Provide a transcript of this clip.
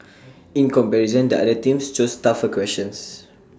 in comparison the other teams chose tougher questions